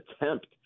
attempt